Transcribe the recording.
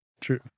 True